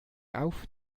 auf